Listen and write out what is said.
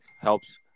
helps –